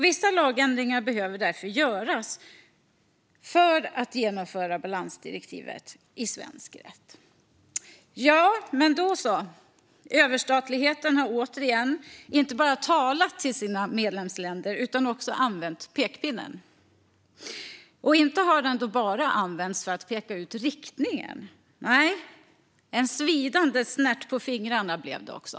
Vissa lagändringar behöver därför göras för att genomföra balansdirektivet i svensk rätt. Ja, men då så! Överstatligheten har återigen inte bara talat till sina medlemsländer utan också använt pekpinnen. Och inte användes den då bara för att peka ut riktningen, utan en svidande snärt på fingrarna blev det också.